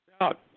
out